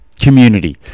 community